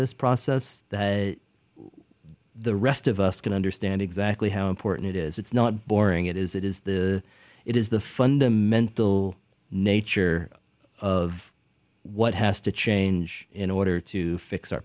this process that the rest of us can understand exactly how important it is it's not boring it is it is the it is the fundamental nature of what has to change in order to fix our